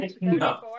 No